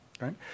right